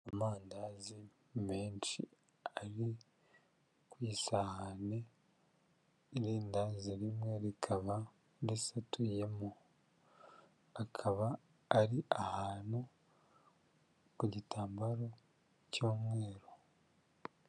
Amandazi menshi ari ku isahane, irindazi rimwe rikaba risatuyemo, akaba ari ahantu ku gitambaro cy'umweru.